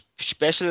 Special